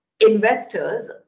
investors